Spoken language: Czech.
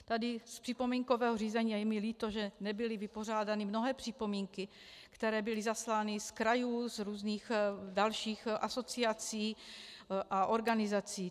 Tady z připomínkového řízení a je mi líto, že nebyly vypořádány mnohé připomínky, které byly zaslány z krajů, z různých dalších asociací a organizací.